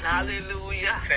Hallelujah